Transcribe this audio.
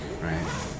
right